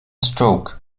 stroke